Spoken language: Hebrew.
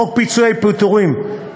42. חוק פיצויי פיטורים,